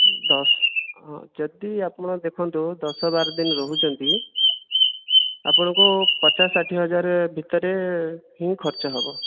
ଦଶ ଯଦି ଆପଣ ଦେଖନ୍ତୁ ଦଶ ବାର ଦିନ ରହୁଛନ୍ତି ଆପଣଙ୍କୁ ପଚାଶ ଷାଠିଏ ହଜାର ଭିତରେ ହିଁ ଖର୍ଚ୍ଚ ହେବ